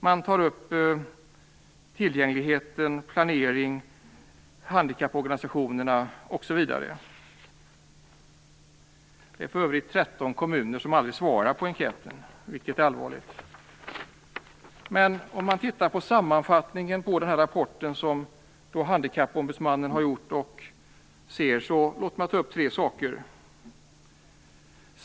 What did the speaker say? Man tar upp tillgängligheten, planeringen, handikapporganisationerna osv. Det är för övrigt 13 kommuner som inte har svarat på enkäten, vilket är allvarligt. I sammanfattningen av Handikappombudsmannens rapport är det tre saker som jag vill ta upp. 1.